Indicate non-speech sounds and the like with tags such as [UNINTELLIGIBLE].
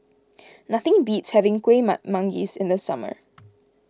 nothing beats having Kuih [UNINTELLIGIBLE] Manggis in the summer